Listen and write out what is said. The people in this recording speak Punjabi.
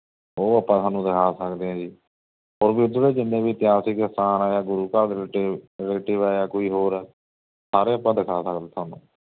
ਉਹ ਆਪਾਂ ਤੁਹਾਨੂੰ ਦਿਖਾ ਸਕਦੇ ਆ ਜੀ ਹੋਰ ਵੀ ਉਧਰ ਜਿੰਨ੍ਹੇ ਵੀ ਇਤਿਹਾਸਿਕ ਸਥਾਨ ਹੈ ਜਾਂ ਗੁਰੂ ਘਰ ਰਿਲੇਟਿਵ ਰਿਲੇਟਿਵ ਹੈ ਜਾਂ ਈ ਹੋਰ ਹੈ ਸਾਰੇ ਆਪਾਂ ਦਿਖਾ ਸਕਦੇ ਤੁਹਾਨੂੰ